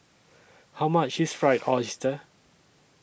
How much IS Fried Oyster